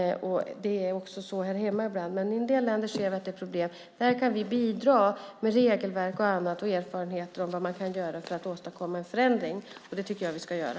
Så kan det vara här hemma ibland också. Vi kan dock bidra med regelverk och erfarenheter av vad man kan göra för att åstadkomma en förändring, och det ska vi göra.